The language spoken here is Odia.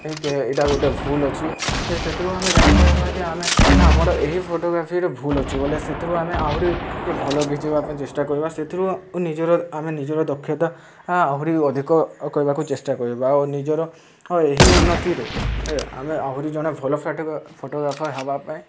ଏଇଟା ଗୋଟେ ଭୁଲ ଅଛି ସେଥିରୁ ଆମେ ଜାଣିପାରିବା ଯେ ଆମେ ଆମର ଏହି ଫଟୋଗ୍ରାଫିର ଭୁଲ ଅଛି ବୋଲେ ସେଥିରୁ ଆମେ ଆହୁରି ଭଲ ଖିଚିବା ପାଇଁ ଚେଷ୍ଟା କରିବା ସେଥିରୁ ନିଜର ଆମେ ନିଜର ଦକ୍ଷତା ଆହୁରି ଅଧିକ କରିବାକୁ ଚେଷ୍ଟା କରିବା ଆଉ ନିଜର ଏହି ଉନ୍ନତିରେ ଆମେ ଆହୁରି ଜଣେ ଭଲ ଫଟୋଗ୍ରାଫର ହେବା ପାଇଁ